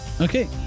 Okay